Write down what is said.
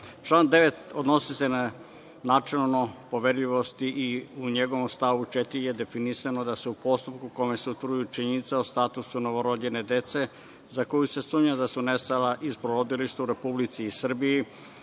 9.Član 9. odnosi se na načelo poverljivosti i u njegovom stavu 4. je definisano da se u postupku, u kome se utvrđuju činjenice o statusu novorođene dece za koju se sumnja da su nestala iz porodilišta u Republici Srbiji,